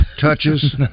touches